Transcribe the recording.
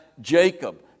Jacob